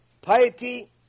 Piety